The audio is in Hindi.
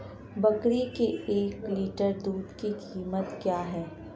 बकरी के एक लीटर दूध की कीमत क्या है?